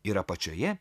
ir apačioje